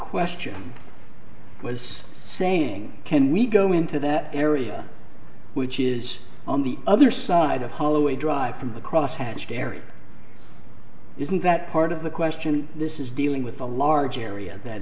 question was saying can we go into that area which is on the other side of holloway drive from the crosshatched area isn't that part of the question this is dealing with a large area that